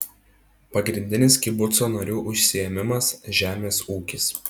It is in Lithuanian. pagrindinis kibuco narių užsiėmimas žemės ūkis